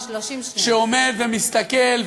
שעומד ומסתכל,